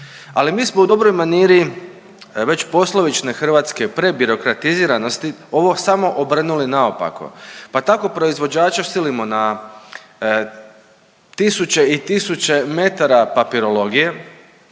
Ali mi smo u dobroj maniri već poslovične hrvatske prebirokratiziranosti ovo samo obrnuli naopako. Pa tako proizvođača silimo na tisuće i tisuće metara papirologije,